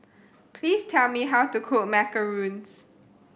please tell me how to cook Macarons